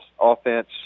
offense